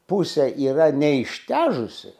pusė yra neištežusi